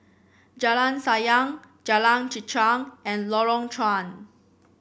Jalan Sayang Jalan Chichau and Lorong Chuan